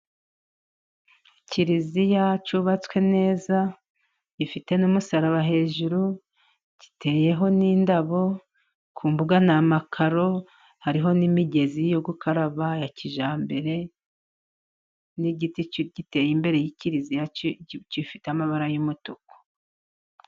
Kiliziya yubatswe neza ifite n'umusaraba hejuru iteyeho n'indabo, ku mbuga ni amakaro hariho n'imigezi yo gukaraba ya kijyambere, n'igiti giteye imbere ya kiliziya ifite amabara y'umutuku.